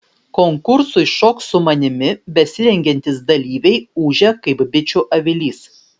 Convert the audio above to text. konkursui šok su manimi besirengiantys dalyviai ūžia kaip bičių avilys